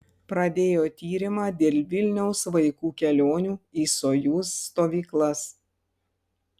pradėjo tyrimą dėl vilniaus vaikų kelionių į sojuz stovyklas